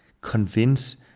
convince